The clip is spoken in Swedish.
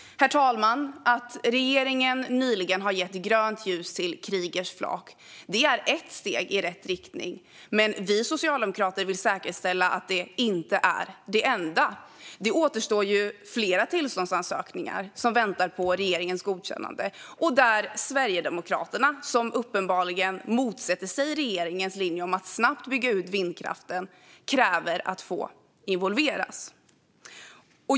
Herr talman! Att regeringen nyligen har gett grönt ljus till Kriegers flak är ett steg i rätt riktning. Men vi socialdemokrater vill säkerställa att det inte är det enda. Det återstår ju flera tillståndsansökningar som väntar på regeringens godkännande, där Sverigedemokraterna, som uppenbarligen motsätter sig regeringens linje om att snabbt bygga ut vindkraften, kräver att få involveras.